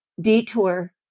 detour